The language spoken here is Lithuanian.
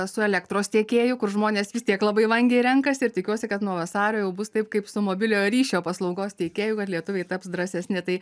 su elektros tiekėju kur žmonės vis tiek labai vangiai renkasi ir tikiuosi kad nuo vasario jau bus taip kaip su mobiliojo ryšio paslaugos tiekėju kad lietuviai taps drąsesni tai